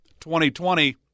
2020